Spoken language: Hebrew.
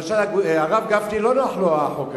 למשל הרב גפני לא נוח לו החוק הזה,